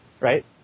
Right